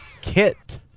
Kit